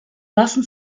lassen